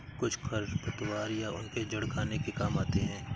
कुछ खरपतवार या उनके जड़ खाने के काम आते हैं